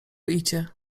idzie